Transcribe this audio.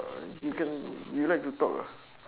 um you can you you like to talk ah